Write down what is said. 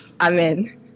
Amen